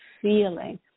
feeling